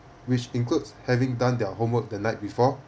which includes having done their homework the night before